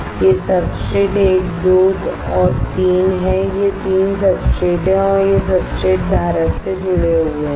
ये सब्सट्रेट 1 2 और 3 हैं ये 3 सब्सट्रेट हैं और ये सब्सट्रेट धारक से जुड़े हुए हैं